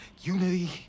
unity